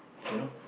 you know